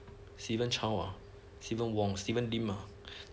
stephen chow ah stephen wong stephen lim ah